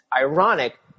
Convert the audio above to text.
ironic